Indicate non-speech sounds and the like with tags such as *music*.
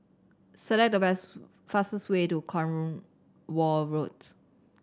select the *unintelligible* fastest way to Cornwall Road